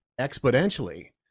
exponentially